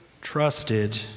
trusted